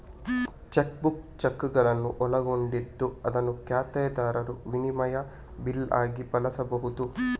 check book ಚೆಕ್ಕುಗಳನ್ನು ಒಳಗೊಂಡಿದ್ದು ಅದನ್ನು ಖಾತೆದಾರರು ವಿನಿಮಯದ ಬಿಲ್ ಆಗಿ ಬಳಸ್ಬಹುದು